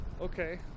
okay